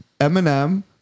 Eminem